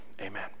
Amen